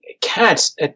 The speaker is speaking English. cats